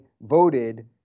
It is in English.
voted